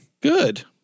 Good